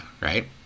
right